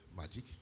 magic